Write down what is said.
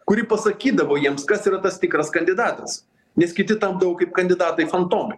kuri pasakydavo jiems kas yra tas tikras kandidatas nes kiti tapdavo kaip kandidatai fantomai